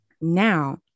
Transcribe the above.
now